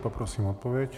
Poprosím o odpověď.